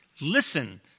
Listen